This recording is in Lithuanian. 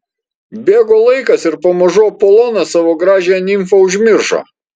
bėgo laikas ir pamažu apolonas savo gražiąją nimfą užmiršo